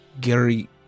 Gary